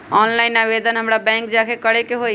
Online आवेदन हमरा bank जाके करे के होई?